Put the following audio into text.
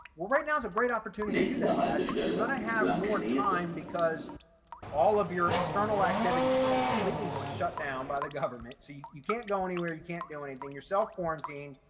well, right now is a great opportunity to do that, guys, if you're going to have more time because all of your external activities have been completely shut down by the government. so you can't go anywhere. you can't do anything yourself quarantine,